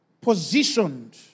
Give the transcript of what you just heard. positioned